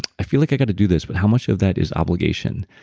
i feel like i've got to do this. but how much of that is obligation?